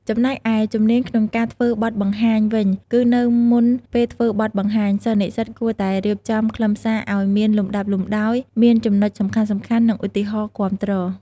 ចំណែកឯ ជំនាញក្នុងការធ្វើបទបង្ហាញវិញ គឺនៅមុនពេលធ្វើបទបង្ហាញ សិស្សនិស្សិតគួរតែរៀបចំខ្លឹមសារឲ្យមានលំដាប់លំដោយ មានចំណុចសំខាន់ៗ និងឧទាហរណ៍គាំទ្រ។